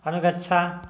अनुगच्छ